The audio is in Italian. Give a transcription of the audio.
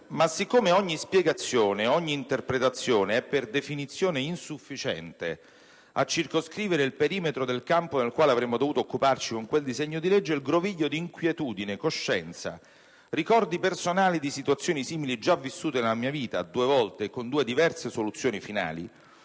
Siccome ogni spiegazione, ogni interpretazione, è per definizione insufficiente a circoscrivere il perimetro del campo del quale avremmo dovuto occuparci con quel disegno di legge, il groviglio di inquietudine, coscienza, ricordi personali di situazioni simili già vissute nella mia vita (due volte, con due diverse soluzioni finali)